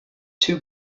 two